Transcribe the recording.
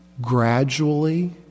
gradually